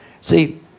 See